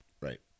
Right